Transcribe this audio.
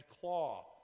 claw